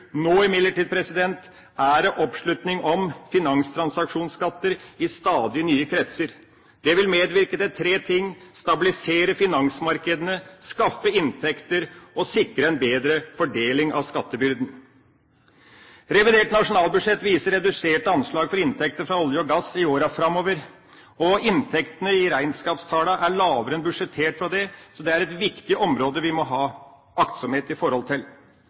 Nå, imidlertid, er det oppslutning om finanstransaksjonsskatter i stadig nye kretser. Det vil medvirke til tre ting: å stabilisere finansmarkedene, skaffe inntekter og sikre en bedre fordeling av skattebyrden. Revidert nasjonalbudsjett viser reduserte anslag for inntekter fra olje og gass i åra framover, og inntektene i regnskapstallene er lavere enn det er budsjettert for, så det er et viktig område som vi må ha aktsomhet for. Det er behov for en sterkere omstilling i